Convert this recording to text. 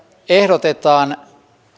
ehdotetaan